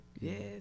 Yes